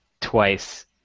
twice